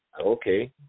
Okay